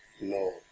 No